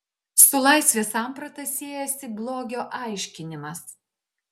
su laisvės samprata siejasi blogio aiškinimas